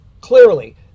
clearly